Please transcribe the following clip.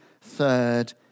third